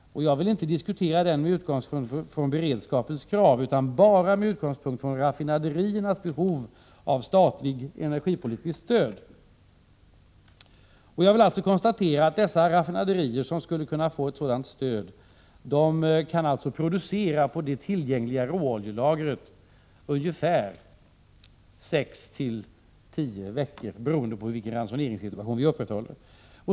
Jag vill inte diskutera den med utgångspunkt i beredskapskrav, utan bara med utgångspunkt i raffinaderiernas behov av statligt energipolitiskt stöd. Jag kan konstatera att de raffinaderier som skulle kunna få ett sådant stöd kan producera i ungefär sex-tio veckor med det tillgängliga råoljelagret — tiden är beroende av vilken ransoneringssituation som föreligger.